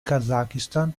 kazakistan